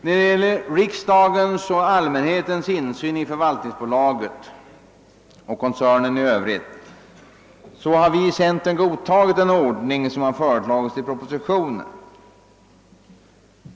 Vad beträffar riksdagens och allmänhetens insyn i förvaltningsbolaget och koncernen i övrigt har vi från centern godtagit den ordning som har föreslagits i propositionen.